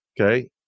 okay